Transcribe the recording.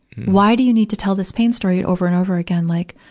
why do you need to tell this pain story over and over again? like,